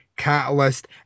Catalyst